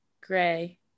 gray